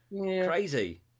Crazy